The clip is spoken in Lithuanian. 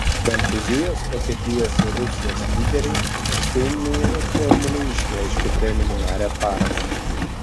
prancūzijos vokietijos ir rusijos lyderiai steinmeierio formulei išreiškė preliminarią paramą